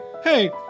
hey